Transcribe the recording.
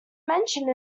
mentioned